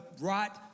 right